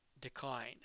decline